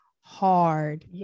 hard